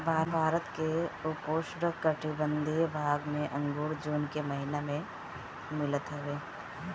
भारत के उपोष्णकटिबंधीय भाग में अंगूर जून के महिना में मिलत हवे